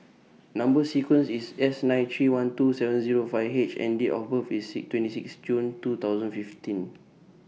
Number sequence IS S nine three one two seven Zero five H and Date of birth IS six twenty six June two thousand fifteen